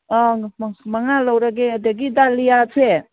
ꯑꯥ ꯃꯉꯥ ꯂꯧꯔꯒꯦ ꯑꯗꯒꯤ ꯗꯥꯂꯤꯌꯥꯁꯦ